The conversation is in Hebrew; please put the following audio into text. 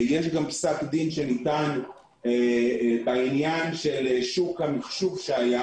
יש גם פסק דין שניתן בעניין של שוק ה- -- שהיה